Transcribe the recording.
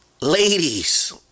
Ladies